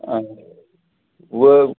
اَہَن حظ